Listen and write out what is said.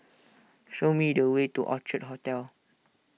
show me the way to Orchard Hotel